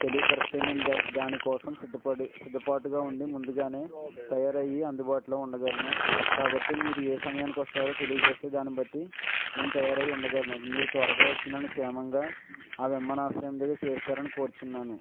తెలియపరిస్తే నేను దానికోసం సిద్దపడి సిద్దపాటుగా ఉండి ముందుగానే తయారయ్యి అందుబాటులో ఉండగలను కాబట్టి మీరు ఏ సమయానికి వస్తారో తెలియ చేస్తే దానిని బట్టి నేను తయారు అయ్యి ఉండగలను మీరు త్వరగా వచ్చి నన్ను క్షేమంగా ఆ విమానాశ్రమం దగ్గర చేరుస్తారని కోరుచుకున్నాను